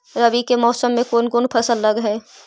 रवि के मौसम में कोन कोन फसल लग है?